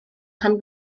rhan